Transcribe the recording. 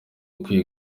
ukwiye